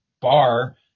bar